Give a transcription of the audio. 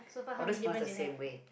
i'll just pronounce the same way